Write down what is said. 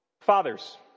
Fathers